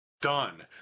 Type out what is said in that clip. done